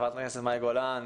חברת הכנסת מאי גולן,